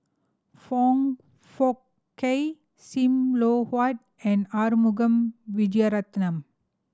Foong Fook Kay Sim Loh Huat and Arumugam Vijiaratnam